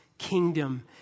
kingdom